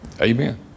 Amen